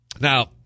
Now